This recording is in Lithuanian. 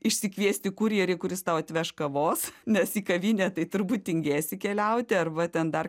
išsikviesti kurjerį kuris tau atveš kavos nes į kavinę tai turbūt tingėsi keliauti arba ten dar